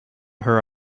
her